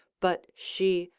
but she,